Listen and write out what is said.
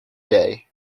day